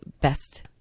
best